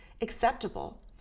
acceptable